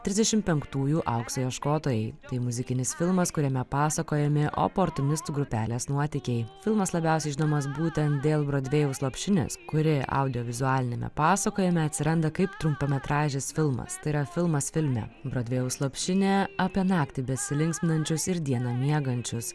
trisdešim penktųjų aukso ieškotojai tai muzikinis filmas kuriame pasakojami oportunistų grupelės nuotykiai filmas labiausiai žinomas būtent dėl brodvėjaus lopšinės kuri audiovizualiniame pasakojime atsiranda kaip trumpametražis filmas tai yra filmas filme brodvėjaus lopšinė apie naktį besilinksminančius ir dieną miegančius